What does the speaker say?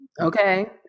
Okay